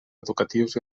educatius